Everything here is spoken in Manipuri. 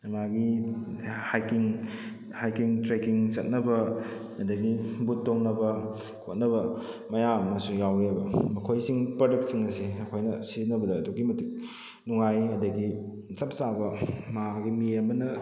ꯃꯥꯒꯤ ꯍꯥꯏꯀꯤꯡ ꯍꯥꯏꯀꯤꯡ ꯇ꯭ꯔꯦꯛꯀꯤꯡ ꯆꯠꯅꯕ ꯑꯗꯨꯗꯒꯤ ꯕꯨꯠ ꯇꯣꯡꯅꯕ ꯈꯣꯠꯅꯕ ꯃꯌꯥꯝ ꯑꯃꯁꯨ ꯌꯥꯎꯔꯤꯑꯕ ꯃꯈꯣꯏꯁꯤꯡ ꯄ꯭ꯔꯗꯛꯁꯤꯡ ꯑꯁꯦ ꯑꯩꯈꯣꯏꯅ ꯁꯤꯖꯟꯅꯕꯗ ꯑꯗꯨꯛꯀꯤ ꯃꯇꯤꯛ ꯅꯨꯡꯉꯥꯏ ꯑꯗꯨꯗꯒꯤ ꯆꯞ ꯆꯥꯕ ꯃꯥꯒꯤ ꯃꯤ ꯑꯃꯅ